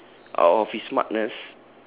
out of his smartness